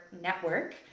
Network